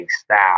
staff